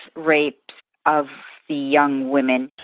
rapes of the young women.